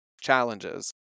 challenges